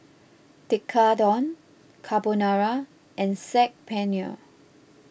Tekkadon Carbonara and Saag Paneer